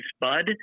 bud